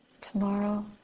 tomorrow